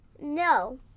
no